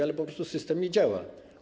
Ale po prostu system nie działa.